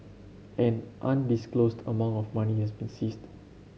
an undisclosed amount of money has been seized